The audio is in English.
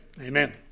Amen